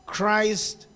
Christ